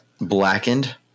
Blackened